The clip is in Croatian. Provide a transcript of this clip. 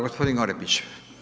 Gospodin Orepić.